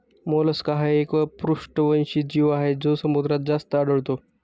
Mollusca हा एक अपृष्ठवंशी जीव आहे जो समुद्रात जास्त आढळतो